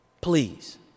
Please